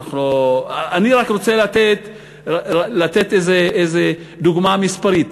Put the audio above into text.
אני רק רוצה לתת איזה דוגמה מספרית.